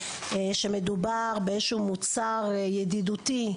שמדובר באיזשהו מוצר ידידותי,